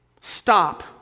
Stop